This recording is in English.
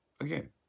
again